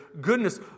goodness